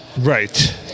Right